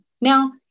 Now